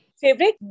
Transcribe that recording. Favorite